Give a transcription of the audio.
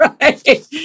Right